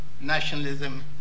nationalism